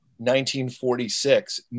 1946